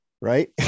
Right